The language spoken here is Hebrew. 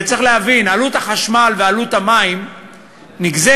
הרי צריך להבין, עלות החשמל ועלות המים נגזרות